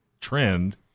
trend